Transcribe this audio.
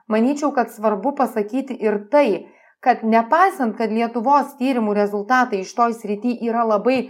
manyčiau kad svarbu pasakyti ir tai kad nepaisant kad lietuvos tyrimų rezultatai šitoj srity yra labai